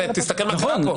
תסתכל מה שקרה כאן.